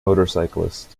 motorcyclist